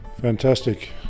Fantastic